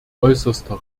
äußerster